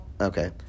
Okay